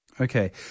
Okay